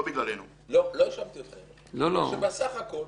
שלא נושרים באמצע.